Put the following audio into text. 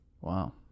Wow